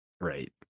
Right